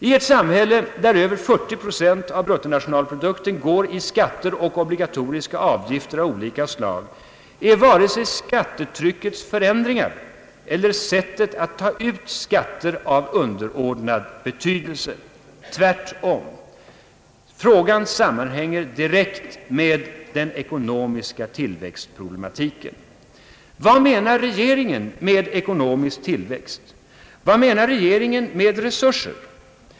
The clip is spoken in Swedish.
I ett samhälle där över 40 procent av bruttonationalprodukten går till skatter och obligatoriska avgifter av olika slag är varken skattetryckets förändringar eller sättet att ta ut skatter av underordnad betydelse. Tvärtom. Frågan sammanhänger direkt med den ekonomiska tillväxtproblematiken. Vad menar regeringen med ekonomisk tillväxt? Vad menar regeringen med resurser?